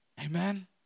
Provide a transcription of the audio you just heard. Amen